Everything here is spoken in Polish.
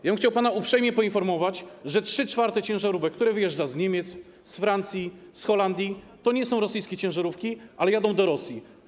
Ja bym chciał pana uprzejmie poinformować, że 3/4 ciężarówek, które wyjeżdżają z Niemiec, z Francji, z Holandii, to nie są rosyjskie ciężarówki, ale jadą do Rosji.